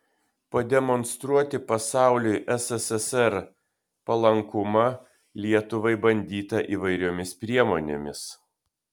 pademonstruoti pasauliui ssrs palankumą lietuvai bandyta įvairiomis priemonėmis